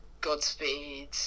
Godspeed